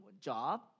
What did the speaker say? job